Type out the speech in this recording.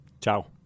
Ciao